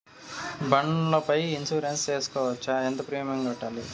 బండ్ల పై ఇన్సూరెన్సు సేసుకోవచ్చా? ఎంత ప్రీమియం కట్టాలి?